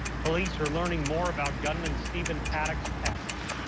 police are learning more about gunman stephen paddock's past.